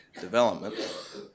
development